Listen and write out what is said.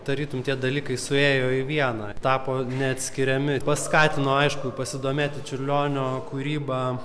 tarytum tie dalykai suėjo į vieną tapo neatskiriami paskatino aišku pasidomėti čiurlionio kūryba